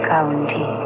County